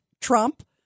Trump